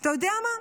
אתה יודע מה?